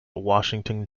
washington